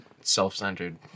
self-centered